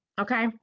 okay